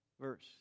verse